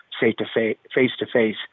face-to-face